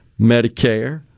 Medicare